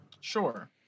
sure